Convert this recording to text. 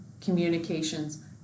communications